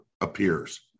appears